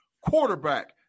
quarterback